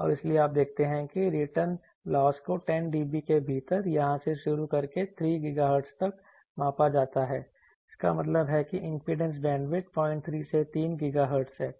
और इसलिए आप देखते हैं कि रिटर्न लॉस को 10 dB के भीतर यहां से शुरू करके 3 GHz तक मापा जाता है इसका मतलब है कि इंपीडेंस बैंडविड्थ 03 से 3 GHz है